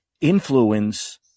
influence